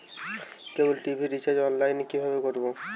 কেবল TV recharge online এ কিভাবে করব?